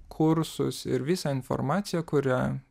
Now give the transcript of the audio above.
kursus ir visą informaciją kurią